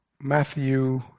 Matthew